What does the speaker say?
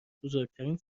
بزرگترین